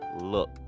look